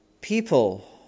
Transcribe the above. people